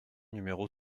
numéro